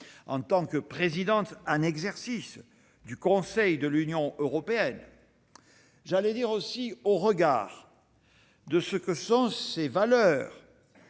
en tant que présidente en exercice du Conseil de l'Union européenne, au regard aussi de ce que sont ses valeurs